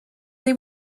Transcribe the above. they